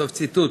סוף ציטוט.